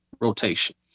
rotation